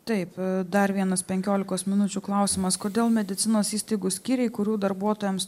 taip dar vienas penkiolikos minučių klausimas kodėl medicinos įstaigų skyriai kurių darbuotojams